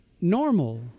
normal